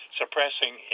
suppressing